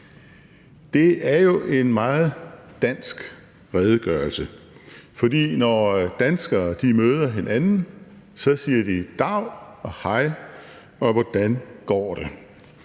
Det er jo en meget dansk redegørelse, for når danskere møder hinanden, siger de dav og hej, og hvordan går det.